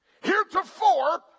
Heretofore